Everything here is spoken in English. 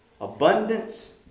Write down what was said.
abundance